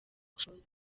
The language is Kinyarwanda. claude